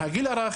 מהגיל הרך,